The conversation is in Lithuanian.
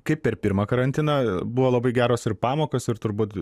kaip per pirmą karantiną buvo labai geros ir pamokas ir turbūt